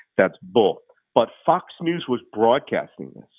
that's bull. but fox news was broadcasting this.